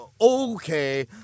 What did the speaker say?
Okay